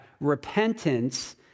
repentance